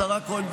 השרה כהן,